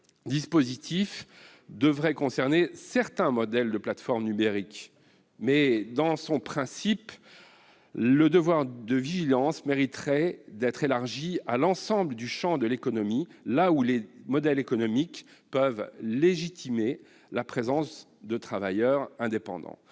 restreint à certains modèles de plateformes numériques. Dans son principe, le devoir de vigilance mériterait toutefois d'être élargi à l'ensemble du champ de l'économie, dès lors que les modèles économiques peuvent légitimer la présence de travailleurs indépendants.